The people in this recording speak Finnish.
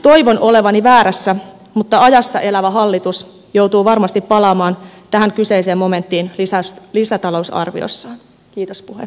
toivon olevani väärässä mutta ajassa elävä hallitus joutuu varmasti palaamaan tähän kyseiseen momenttiin lisätalousarviossaan